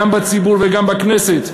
גם בציבור וגם בכנסת,